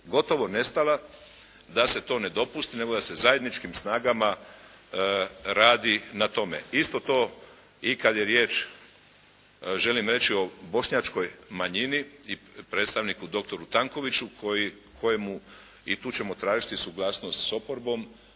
gotovo nestala da se to ne dopusti nego da se zajedničkim snagama radi na tome. Isto to i kad je riječ želim reći o bošnjačkoj manjini i predstavniku doktoru Tankoviću koji, kojemu i tu ćemo tražiti suglasnost s oporbom